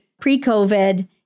pre-COVID